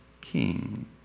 king